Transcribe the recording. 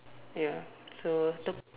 ya so t~